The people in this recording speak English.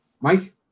Mike